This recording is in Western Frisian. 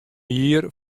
jier